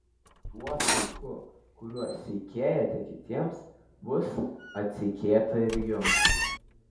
tuo saiku kuriuo seikėjate kitiems bus atseikėta ir jums